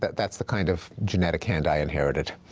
that's the kind of genetic hand i inherited.